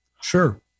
Sure